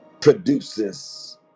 produces